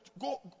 go